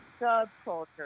subculture